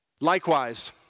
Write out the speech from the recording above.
Likewise